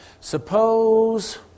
Suppose